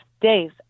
days